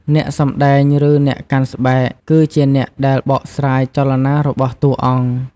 អ្នកសម្តែង ឬ អ្នកកាន់ស្បែក គឺជាអ្នកដែលបកស្រាយចលនារបស់តួអង្គ។